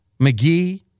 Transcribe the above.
McGee